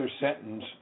sentence